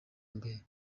mbere